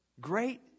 great